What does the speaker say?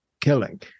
killing